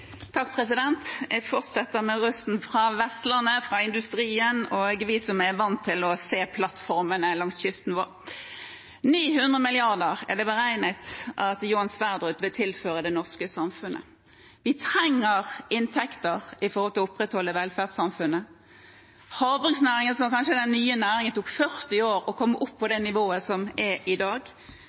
Jeg fortsetter med røsten fra Vestlandet – fra industrien og fra oss som er vant til å se plattformene langs kysten vår. 900 mrd. kr er det beregnet at Johan Sverdrup-feltet vil tilføre det norske samfunnet. Vi trenger inntekter for å opprettholde velferdssamfunnet. For havbruksnæringen, som kanskje er den nye næringen, tok det 40 år å komme opp på det nivået som den er på i dag.